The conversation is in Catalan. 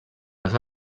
les